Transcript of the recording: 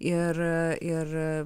ir ir